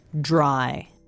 Dry